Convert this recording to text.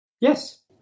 Yes